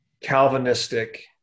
calvinistic